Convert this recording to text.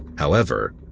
however,